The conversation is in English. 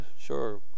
sure